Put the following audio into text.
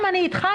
אני איתך,